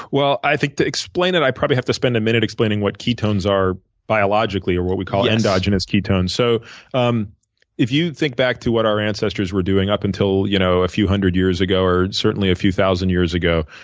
well, i think that to explain it i probably have to spend a minute explaining what ketones are biologically or what we call endogenous ketones. so um if you think back to what our ancestors were doing up until you know a few hundred years ago or certainly a few thousand years ago,